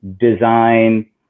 design